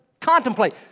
contemplate